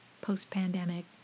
post-pandemic